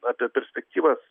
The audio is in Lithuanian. apie perspektyvas